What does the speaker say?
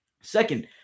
second